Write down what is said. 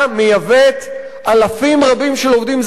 מייבאת אלפים רבים של עובדים זרים.